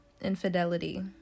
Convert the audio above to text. infidelity